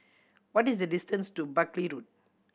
what is the distance to Buckley Road